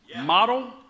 Model